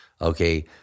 okay